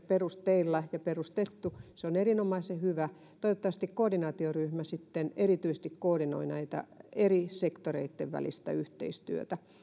perusteilla ja perustettu se on erinomaisen hyvä toivottavasti koordinaatioryhmä sitten erityisesti koordinoi tätä eri sektoreitten välistä yhteistyötä